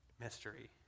mystery